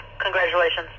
Congratulations